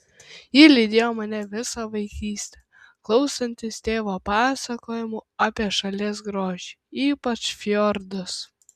ji lydėjo mane visą vaikystę klausantis tėvo pasakojimų apie šalies grožį ypač fjordus